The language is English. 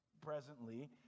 presently